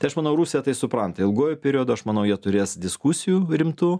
tai aš manau rusija tai supranta ilguoju periodu aš manau jie turės diskusijų rimtų